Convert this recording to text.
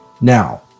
Now